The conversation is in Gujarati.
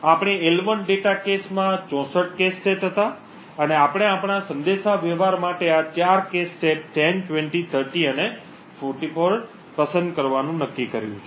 આપણા L1 ડેટા cache માં 64 cache સેટ હતા અને આપણે આપણા સંદેશાવ્યવહાર માટે આ ચાર cache સેટ 10 20 30 અને 44 પસંદ કરવાનું નક્કી કર્યું છે